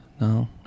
no